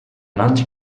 anti